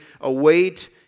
await